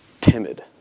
timid